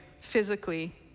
physically